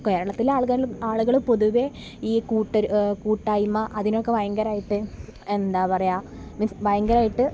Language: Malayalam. കേരളത്തിലാളുകൾ ആളുകൾ പൊതുവെ ഈ കൂട്ടർ കൂട്ടായ്മ്മ അതിനൊക്കെ ഭയങ്കരമായിട്ട് എന്താണ് പറയുക മീൻസ് ഭയങ്കരമാായിട്ട്